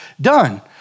done